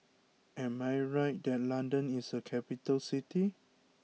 am I right that London is a capital city